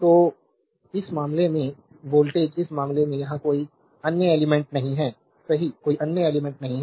तो इस मामले में वोल्टेज इस मामले में यहाँ कोई अन्य एलिमेंट्स नहीं है सही कोई अन्य एलिमेंट्स नहीं है